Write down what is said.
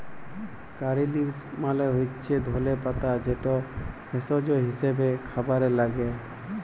কারী leaves মালে হচ্যে ধলে পাতা যেটা ভেষজ হিসেবে খাবারে লাগ্যে